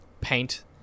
paint